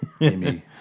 Amy